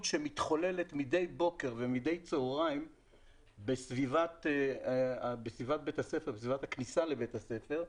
שמתחוללת מדי בוקר ומדי צוהריים בסביבת בית הספר,